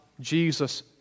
Jesus